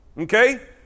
Okay